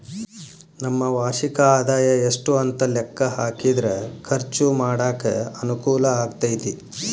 ನಮ್ಮ ವಾರ್ಷಿಕ ಆದಾಯ ಎಷ್ಟು ಅಂತ ಲೆಕ್ಕಾ ಹಾಕಿದ್ರ ಖರ್ಚು ಮಾಡಾಕ ಅನುಕೂಲ ಆಗತೈತಿ